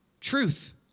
Truth